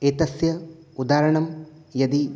एतस्य उदाहरणं यदि